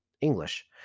English